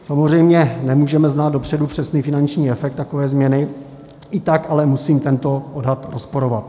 Samozřejmě nemůžeme znát dopředu přesný finanční efekt takové změny, i tak ale musím tento odhad rozporovat.